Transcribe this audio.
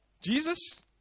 Jesus